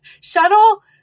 shuttle